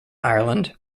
ireland